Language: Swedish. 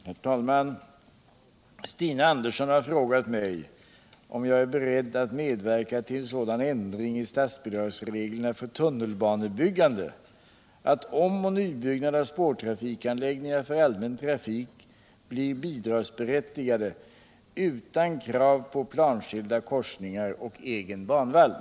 Herr talman! Stina Andersson har frågat mig om jag är beredd att medverka till sådan ändring i statsbidragsreglerna för tunnelbanebyggande att om och nybyggnad av spårtrafikanläggningar för allmän trafik blir bidragsberättigade utan krav på planskilda korsningar och egen banvall.